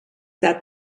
that